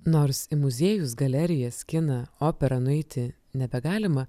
nors į muziejus galerijas kiną operą nueiti nebegalima